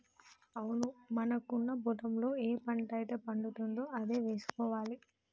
అవును మనకున్న పొలంలో ఏ పంట అయితే పండుతుందో అదే వేసుకోవాలి